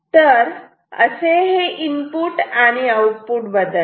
तर असे हे इनपुट आणि आऊटपुट बदलते